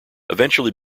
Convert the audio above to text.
eventually